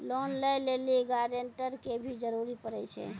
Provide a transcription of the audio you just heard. Loan लै लेली guarantor के भी जरूरी पड़ै छै?